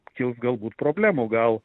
kils galbūt problemų gal